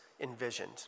envisioned